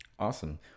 Awesome